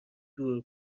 دور